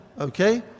okay